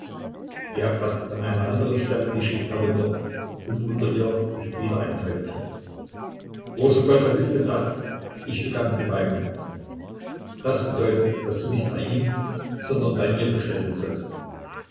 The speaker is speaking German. er kratzt an einer anderen stelle die schicht herunter und unter ihr ist wieder ein teufelchen großer gott was ist denn das ich begann zu weinen das bedeutet daß du nicht bei ihm sondern bei mir bestellen sollst